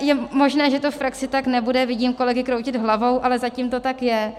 Je možné, že to v praxi tak nebude, vidím kolegy kroutit hlavou, ale zatím to tak je.